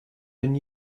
been